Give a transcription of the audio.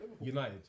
United